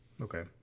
okay